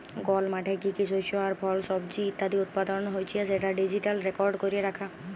call মাঠে কি কি শস্য আর ফল, সবজি ইত্যাদি উৎপাদল হচ্যে সেটা ডিজিটালি রেকর্ড ক্যরা রাখা